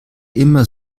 immer